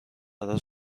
فرار